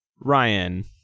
Ryan